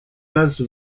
las